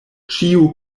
ĉiu